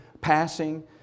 passing